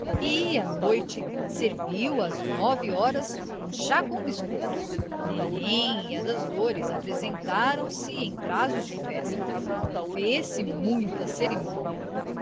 à noite serviu às nove horas um chá com biscoitos nenen e a das dores apresentaram-se em trajos de festa fez-se muita cerimônia